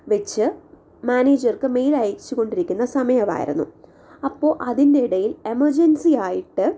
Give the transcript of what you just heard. വെച്ച് മാനേജർക്ക് മെയിൽ അയച്ച് കൊണ്ടിരിക്കുന്ന സമയമായിരുന്നു അപ്പോൾ അതിന്റെയിടയിൽ എമർജൻസി ആയിട്ട്